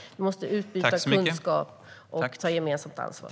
Vi måste utbyta kunskap och ta gemensamt ansvar.